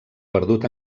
perdut